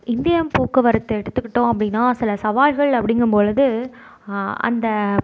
India போக்குவரத்தை எடுத்துக்கிட்டோம் அப்படினா சில சவால்கள் அப்படிங்கும் பொழுது அந்த